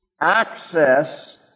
Access